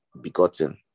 begotten